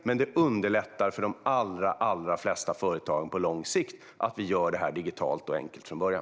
Men det underlättar för de allra flesta företag på lång sikt att vi gör detta digitalt och enkelt från början.